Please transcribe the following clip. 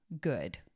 good